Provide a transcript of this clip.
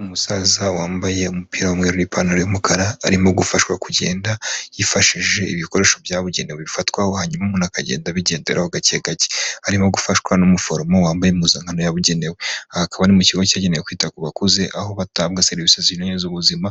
Umusaza wambaye umupira w'mweruru ipantaro y'umukara arimo gufashwa kugenda yifashishije ibikoresho byabugenewe bifatwaho hanyuma umuntu akagenda abigenderaho gake gake. Arimo gufashwa n'umuforomo wambaye impuzankano yabugenewe, aha akaba ari mukigo cya bugenewe kwita ku bakuze aho batabwa serivisi zinyuranye z'ubuzima